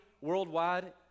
worldwide